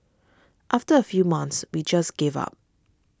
after a few months we just gave up